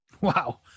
Wow